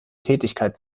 tätigkeit